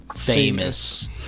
famous